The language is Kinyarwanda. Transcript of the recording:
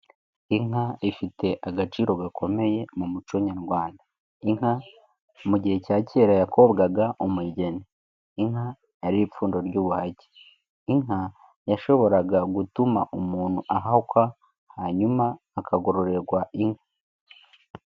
Inka ifite agaciro gakomeye mu muco Nyarwanda inka mu gihe cya kera yakobwaga umugeni. Inka yari ipfundo ry'ubuwahake. Inka yashoboraga gutuma umuntu ahakwa, hanyuma akagororerwa inka.